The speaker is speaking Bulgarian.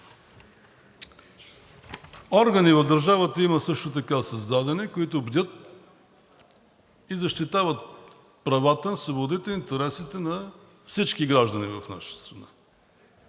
изтъква. В държавата има също така създадени органи, които бдят и защитават правата, свободите, интересите на всички граждани в нашата страна.